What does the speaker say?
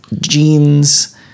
jeans